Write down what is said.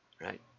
right